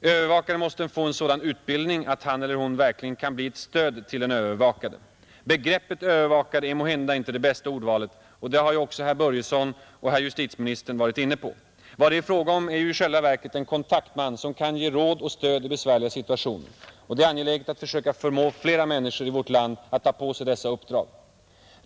Övervakaren måste få en sådan utbildning att han eller hon verkligen kan bli ett stöd till den övervakade. Begreppet övervakare är måhända inte det bästa ordvalet, något som också herr Börjesson i Falköping och justitieministern varit inne på. Vad det är fråga om är ju i själva verket en kontaktman som kan ge råd och stöd i besvärliga situationer. Det är angeläget att försöka förmå flera människor i vårt land att ta på sig dessa uppdrag.